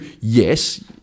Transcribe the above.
yes